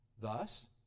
Thus